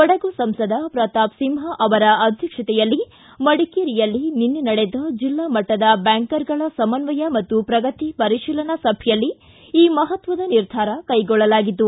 ಕೊಡಗು ಸಂಸದ ಪ್ರತಾಪ್ ಸಿಂಹ ಅವರ ಅಧ್ಯಕ್ಷತೆಯಲ್ಲಿ ಮಡಿಕೇರಿಯಲ್ಲಿ ನಿನ್ನೆ ನಡೆದ ಜಿಲ್ಲಾ ಮಟ್ಟದ ಬ್ಯಾಂಕರ್ಗಳ ಸಮನ್ವಯ ಮತ್ತು ಪ್ರಗತಿ ಪರಿಶೀಲನಾ ಸಭೆಯಲ್ಲಿ ಈ ಮಹತ್ವದ ನಿರ್ಧಾರ ಕೈಗೊಳ್ಳಲಾಯಿತು